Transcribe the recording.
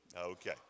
Okay